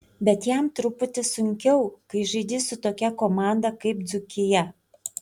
bet jam truputį sunkiau kai žaidi su tokia komanda kaip dzūkija